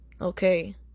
Okay